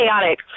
chaotic